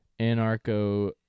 anarcho